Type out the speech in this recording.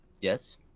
yes